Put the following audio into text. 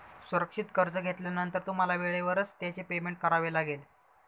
सुरक्षित कर्ज घेतल्यानंतर तुम्हाला वेळेवरच त्याचे पेमेंट करावे लागेल